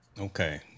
Okay